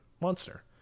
monster